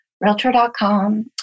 Realtor.com